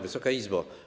Wysoka Izbo!